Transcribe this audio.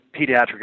Pediatric